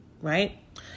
Right